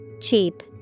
Cheap